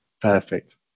Perfect